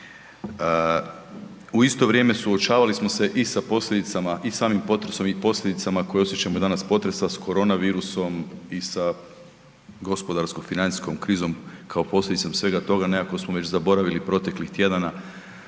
U isto vrijeme suočavali smo se i sa posljedicama i samim potresom i posljedicama koje osjećamo danas potresa s koronavirusom i sa gospodarsko financijskom krizom kao posljedicom svega toga, nekako smo već zaboravili proteklih tjedana